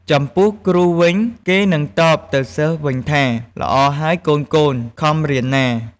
ចំំពោះគ្រូវិញ គេនឹងតបទៅសិស្សវិញថា ល្អហើយកូនៗ ខំរៀនណា។